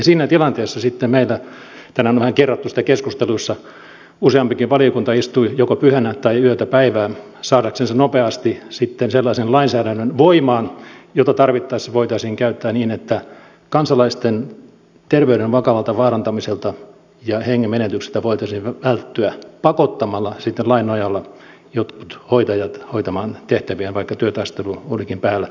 siinä tilanteessa sitten meillä tänään on vähän kerrattu sitä keskusteluissa useampikin valiokunta istui joko pyhänä tai yötä päivää saadakseen nopeasti sellaisen lainsäädännön voimaan jota tarvittaessa voitaisiin käyttää niin että kansalaisten terveyden vakavalta vaarantamiselta ja hengen menetykseltä voitaisiin välttyä pakottamalla lain nojalla jotkut hoitajat hoitamaan tehtäviään vaikka työtaistelu olikin päällä